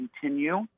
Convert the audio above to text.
continue